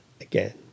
again